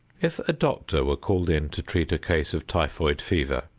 if a doctor were called in to treat a case of typhoid fever,